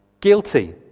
guilty